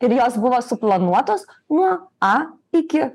ir jos buvo suplanuotos nuo a iki